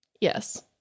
Yes